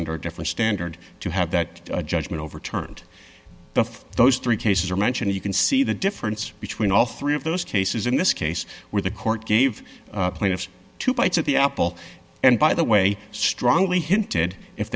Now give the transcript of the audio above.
under a different standard to have that judgment overturned before those three cases are mentioned you can see the difference between all three of those cases in this case where the court gave plaintiffs two bites at the apple and by the way strongly hinted if